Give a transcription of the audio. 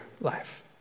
life